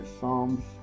Psalms